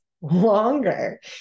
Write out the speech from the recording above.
longer